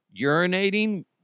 urinating